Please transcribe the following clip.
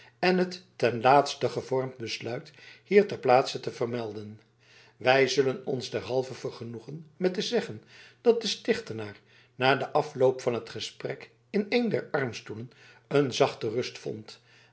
en het ten laatste gevormd besluit hier ter plaatse te vermelden wij zullen ons derhalve vergenoegen met te zeggen dat de stichtenaar na den afloop van het gesprek in een der armstoelen een zachte rust vond